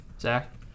Zach